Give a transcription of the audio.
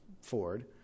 Ford